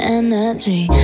energy